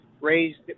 raised